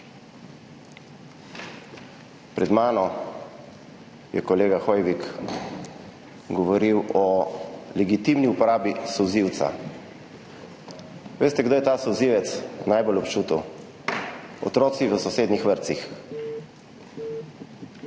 Pred mano je kolega Hoivik govoril o legitimni uporabi solzivca. Veste, kdo je ta solzivec najbolj občutil? Otroci v sosednjih vrtcih.